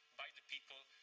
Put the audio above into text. by the people,